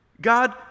God